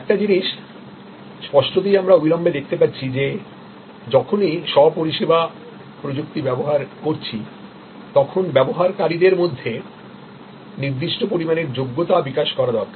একটি জিনিস স্পষ্টতই আমরা অবিলম্বে দেখতে পাচ্ছি যে যখনই স্ব পরিষেবা প্রযুক্তি ব্যবহার করছি তখন ব্যবহারকারীদের মধ্যে নির্দিষ্ট পরিমাণের যোগ্যতা বিকাশ করা দরকার